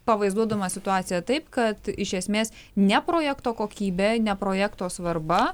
pavaizduodamas situaciją taip kad iš esmės ne projekto kokybė ne projekto svarba